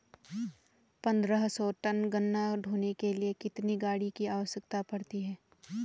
पन्द्रह सौ टन गन्ना ढोने के लिए कितनी गाड़ी की आवश्यकता पड़ती है?